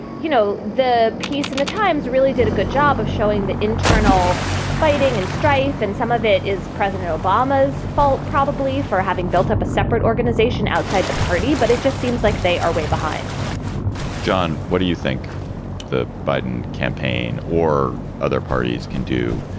you know, the piece in the times really did a good job of showing the internal fighting and strife. and some of it is president obama's fault probably for having built up a separate organization outside the party, but it just seems like they are way behind what do you think the button campaign or other parties can do